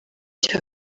cya